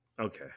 Okay